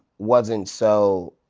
wasn't so